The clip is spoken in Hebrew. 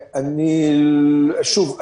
שוב,